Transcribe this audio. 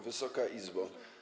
Wysoka Izbo!